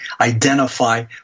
identify